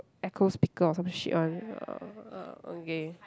echo speaker or some shit one uh okay